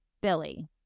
Billy